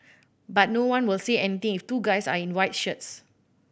but no one will say anything if two guys are in white shirts